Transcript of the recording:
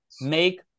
Make